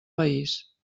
país